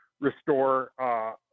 restore